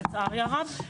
לצערי הרב,